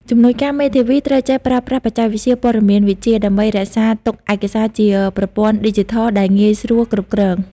ជំនួយការមេធាវីត្រូវចេះប្រើប្រាស់បច្ចេកវិទ្យាព័ត៌មានវិទ្យា ដើម្បីរក្សាទុកឯកសារជាប្រព័ន្ធឌីជីថលដែលងាយស្រួលគ្រប់គ្រង។